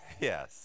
Yes